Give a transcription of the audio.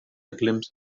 glimpse